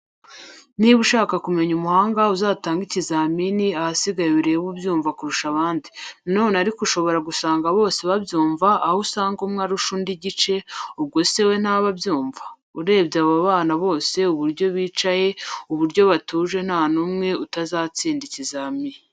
Niba ushaka kumenya umuhanga uzatange ikizamini ahasigaye urebe ubyumva kurusha abandi. nanone ariko ushobora gusanga bose babyumva aho usanga umwe arusha undi igice ubwo sewe ntaba abyumva. urebye ababana bose uburyo bicaye uburyo batuje ntanumwe utazatsinda ikizami.